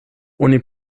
oni